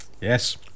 yes